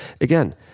again